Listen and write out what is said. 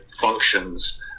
functions